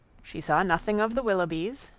she saw nothing of the willoughbys,